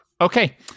Okay